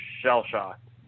shell-shocked